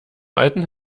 alten